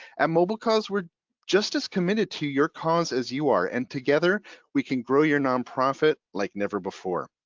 at mobiecause we're just as committed to your cause as you are and together we can grow your nonprofit like never before.